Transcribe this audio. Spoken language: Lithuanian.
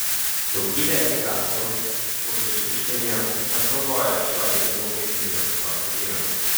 daugybė emigrantų skurdusių užsienyje pasinaudojo šiuo leidimu ir grįžo į prancūziją